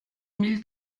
mille